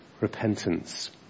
repentance